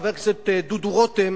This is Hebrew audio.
חבר הכנסת דודו רותם,